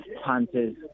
Hunters